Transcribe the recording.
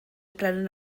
brenin